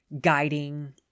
guiding